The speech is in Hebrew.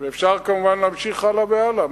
אפשר כמובן להמשיך הלאה והלאה.